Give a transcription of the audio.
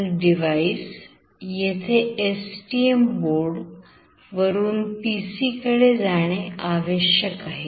हे communication channel device येथे STM board वरून PC कडे जाणे आवश्यक आहे